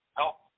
help